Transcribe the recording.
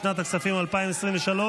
לשנת הכספים 2023,